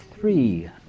three